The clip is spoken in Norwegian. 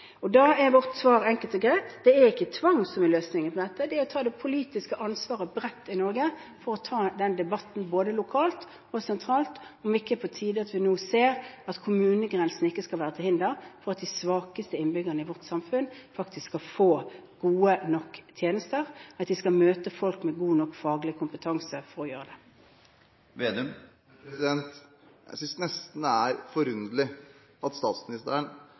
Da er vårt svar enkelt og greit: Det er ikke tvang som er løsningen på dette – det er å ta et bredt politisk ansvar i Norge for både lokalt og sentralt å ta den debatten om det ikke er på tide at vi nå ser at kommunegrensene ikke skal være til hinder for at de svakeste innbyggerne i vårt samfunn faktisk skal få gode nok tjenester, at de skal møte folk med god nok faglig kompetanse for å gjøre det. Jeg synes nesten det er forunderlig at statsministeren